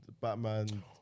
Batman